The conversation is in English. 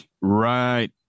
right